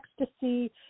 ecstasy